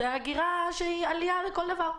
זו הגירה שהיא עלייה לכל דבר.